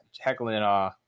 heckling